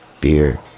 Beer